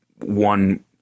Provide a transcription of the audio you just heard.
one